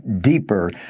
deeper